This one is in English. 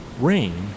rain